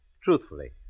Truthfully